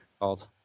called